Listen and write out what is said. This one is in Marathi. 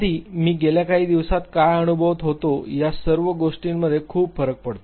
आधी मी गेल्या काही दिवसांत काय अनुभवत होतो या सर्व गोष्टींमध्ये खूप फरक पडतो